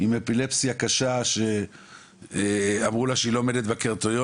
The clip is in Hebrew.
עם אפילפסיה קשה שאמרו לה שהיא לא עומדת בקריטריונים,